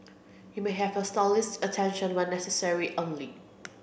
you may have your stylist's attention when necessary only